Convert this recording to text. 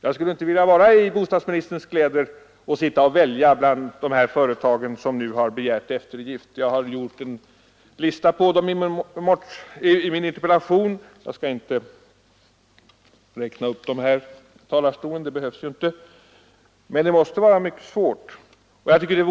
Jag skulle inte vilja vara i bostadsministerns kläder och sitta och välja bland de företag som nu har begärt eftergift. Jag har gjort en lista på dem i min interpellation. Jag skall inte räkna upp dem här i talarstolen, det behövs inte. Det måste dock bli ett mycket svårt val för bostadsministern.